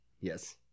Yes